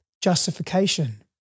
justification